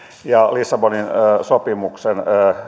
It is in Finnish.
ja lissabonin sopimuksen